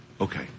Okay